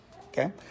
Okay